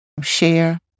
share